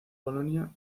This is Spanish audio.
bologna